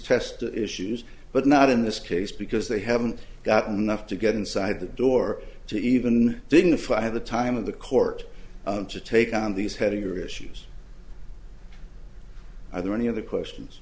test issues but not in this case because they haven't gotten enough to get inside the door to even dignify the time of the court to take on these heavier issues are there any other questions